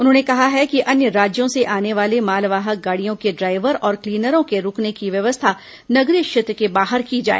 उन्होंने कहा है कि अन्य राज्यों से आने वाले मालवाहक गाड़ियों के ड्राइवर और क्लीनरों के रूकने की व्यवस्था नगरीय क्षेत्र के बाहर की जाय